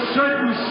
certain